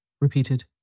repeated